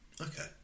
Okay